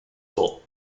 full